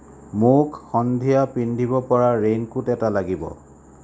মোক সন্ধিয়া পিন্ধিব পৰা ৰেইনকোট এটা লাগিব